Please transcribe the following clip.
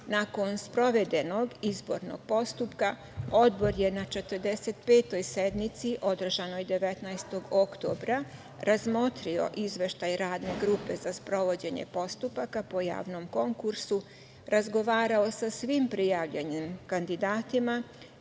sprovedenog izbornog postupka, Odbor je na 45. sednici, održanoj 19. oktobra, razmotrio Izveštaj Radne grupe za sprovođenje postupaka po javnom konkursu, razgovarao sa svim prijavljenim kandidatima